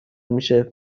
میشه